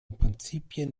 prinzipien